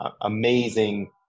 amazing